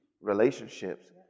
relationships